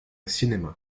cinéma